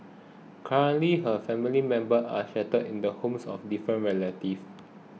currently her family members are in the homes of different relatives